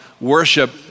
worship